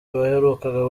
baheruka